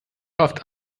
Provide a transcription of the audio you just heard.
oft